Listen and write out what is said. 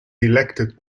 elected